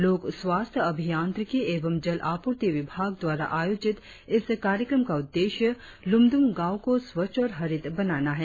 लोक स्वास्थ्य अभियांत्रिकी एवं जल आपूर्ति विभाग द्वारा आयोजित इस कार्यक्रम का उद्देश्य लुमदुंग गांव को स्वच्छ और हरित बनाना है